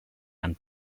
and